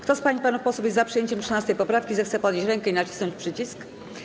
Kto z pań i panów posłów jest za przyjęciem 13. poprawki, zechce podnieść rękę i nacisnąć przycisk.